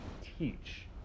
teach